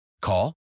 Call